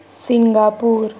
Singapore